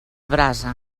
brasa